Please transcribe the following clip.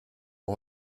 mon